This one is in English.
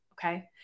Okay